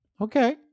Okay